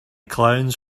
clowns